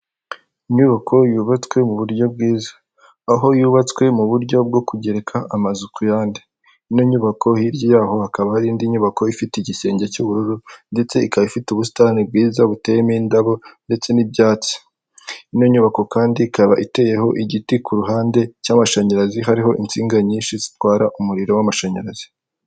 Inyubako yubatswe mu buryo bwiza, aho yubatswe mu buryo bwo kugereka amazu ku yandi, ino nyubako hirya yaho hakaba hari indi nyubako ifite igisenge cy'ubururu ndetse ikaba ifite ubusitani bwiza buteyemo indabo ndetse n'ibyatsi, ino nyubako kandi ikaba iteyeho igiti ku ruhande cy'amashanyarazi hariho insinga nyinshi zitwara umuriro w'amashanyarazi.